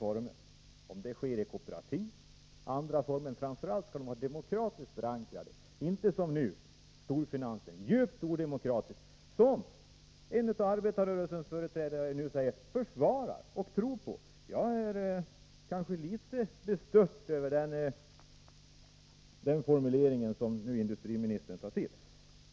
Det kan ske i kooperativ eller i andra former, men framför allt skall det vara demokratiskt förankrat, och inte som nu i fråga om storfinansen, djupt odemokratiskt — något som en av arbetarrörelsens företrädare här försvarar och tror på. Jag är litet bestört över den formulering som industriministern nu tar till.